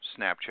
Snapchat